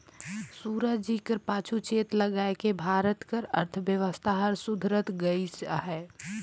सुराजी कर पाछू चेत लगाएके भारत कर अर्थबेवस्था हर सुधरत गइस अहे